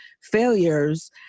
failures